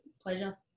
pleasure